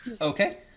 Okay